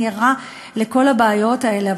אני ערה לכל הבעיות האלה.